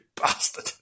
bastard